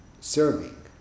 serving